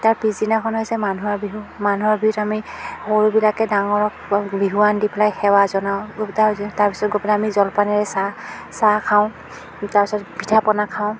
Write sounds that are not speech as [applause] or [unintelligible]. তাৰ পিছদিনাখন হৈছে মানুহৰ বিহু মানুহৰ বিহুত আমি সৰুবিলাকে ডাঙৰক বৰ বিহুৱান দি পেলাই সেৱা জনাওঁ [unintelligible] তাৰ পিছত গৈ পেলাই আমি জলপানেৰে চাহ চাহ খাওঁ তাৰ পিছত পিঠাপনা খাওঁ